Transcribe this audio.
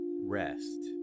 rest